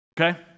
okay